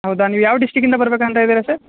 ಹೌದ ನೀವು ಯಾವ ಡಿಸ್ಟ್ರಿಕ್ಟ್ ಇಂದ ಬರ್ಬೇಕು ಅಂತ ಇದ್ದೀರಾ ಸರ್